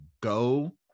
go